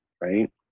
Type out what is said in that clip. Right